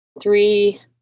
three